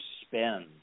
spend